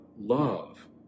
love